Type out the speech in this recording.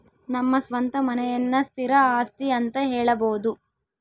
ನಮ್ಮ ಸ್ವಂತ ಮನೆಯನ್ನ ಸ್ಥಿರ ಆಸ್ತಿ ಅಂತ ಹೇಳಬೋದು